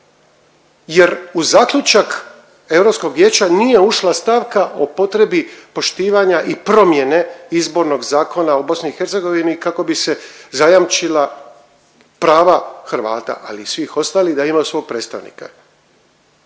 jer u zaključak Europskog vijeća nije ušla stavka o potrebi poštivanja i promjene izbornog zakona u BiH kako bi se zajamčila prava Hrvata, ali i svih ostalih, da imaju svog predstavnika.